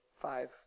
five